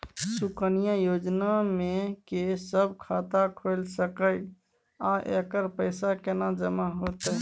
सुकन्या योजना म के सब खाता खोइल सके इ आ एकर पैसा केना जमा होतै?